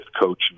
coach